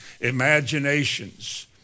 imaginations